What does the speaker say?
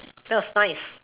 that was nice